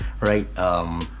Right